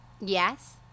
Yes